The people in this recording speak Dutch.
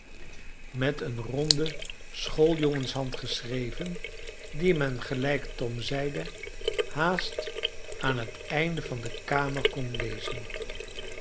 met een ronde schooljongenshand geschreven die men gelijk tom zeide haast aan het einde van de kamer kon lezen